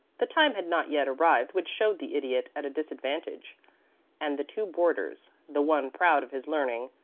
the time had not yet arrived which showed the idiot at a disadvantage and the two boarders, the one proud of his learning,